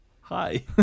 Hi